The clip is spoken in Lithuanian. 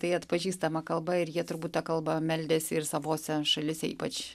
tai atpažįstama kalba ir jie turbūt ta kalba meldėsi ir savose šalyse ypač